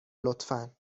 لطفا